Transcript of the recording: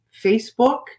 Facebook